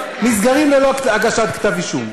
12,000, נסגרות ללא הגשת כתב אישום.